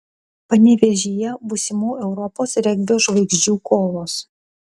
panevėžyje būsimų europos regbio žvaigždžių kovos